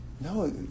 No